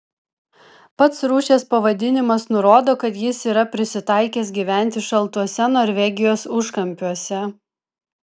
pats rūšies pavadinimas nurodo kad jis yra prisitaikęs gyventi šaltuose norvegijos užkampiuose